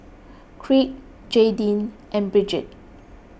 Crete Jaydin and Brigid